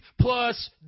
plus